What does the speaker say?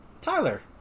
Tyler